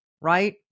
right